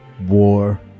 War